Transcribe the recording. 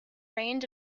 range